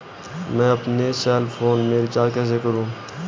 मैं अपने cell phone में रिचार्ज कैसे करूँ?